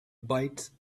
bites